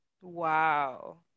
wow